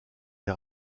des